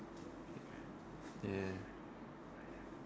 ya